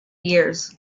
years